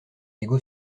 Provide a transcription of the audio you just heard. ego